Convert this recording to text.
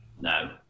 no